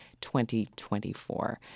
2024